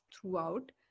throughout